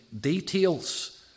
details